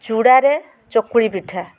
ଚୂଡ଼ାରେ ଚକୁଳି ପିଠା